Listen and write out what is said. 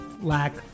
lack